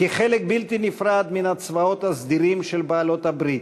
כחלק בלתי נפרד מן הצבאות הסדירים של בעלות-הברית,